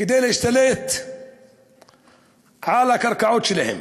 כדי להשתלט על הקרקעות שלהם.